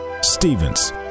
Stevens